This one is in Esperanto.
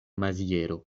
maziero